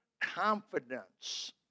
confidence